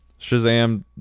Shazam